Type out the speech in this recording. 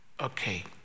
Okay